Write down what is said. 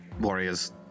warriors